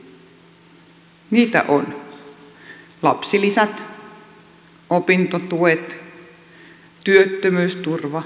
niitä ovat lapsilisät opintotuet työttömyysturva yliopistojen rahoitus